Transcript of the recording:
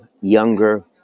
younger